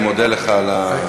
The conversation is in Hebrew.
אני מודה לך על,